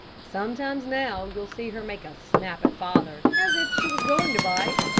sometimes now, you'll see her make a snap at father as if she was going to bite,